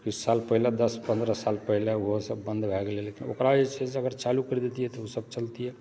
किछु साल पहिने दस पन्द्रह साल पहिने ओहो सब बन्द भए गेलै लेकिन ओकरा जे छै से चालू करि दितियै तऽ ओ सब चलैतिए